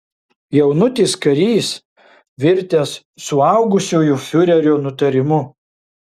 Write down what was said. jaunutis karys virtęs suaugusiuoju fiurerio nutarimu